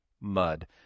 mud